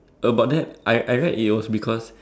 about that I I read it was because